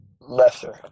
lesser